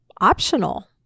optional